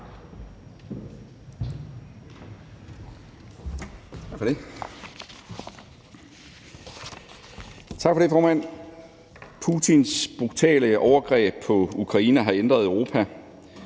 Tak for det,